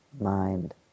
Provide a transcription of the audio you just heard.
mind